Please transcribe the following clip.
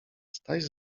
staś